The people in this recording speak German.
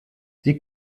die